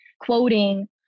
quoting